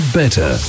better